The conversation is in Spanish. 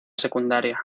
secundaria